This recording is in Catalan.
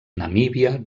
namíbia